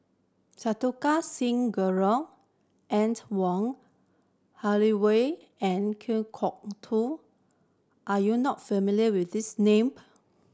Santokh Singh Grewal Wong Holloway and Kan Kwok Toh are you not familiar with these name